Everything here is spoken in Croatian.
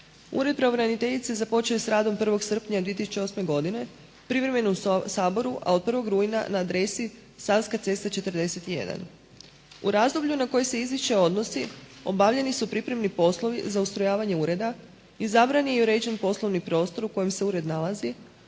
Ured pravobraniteljice započeo je s radom 1. srpnja 2008. godine, privremeno u Saboru, a od 1. rujna na adresi Savska cesta 41. U razdoblju na koje se izvješće odnosi obavljeni su pripremni poslovi za ustrojavanje ureda, izabrani i uređen poslovni prostor u kojem se ured nalazi,